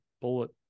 bullet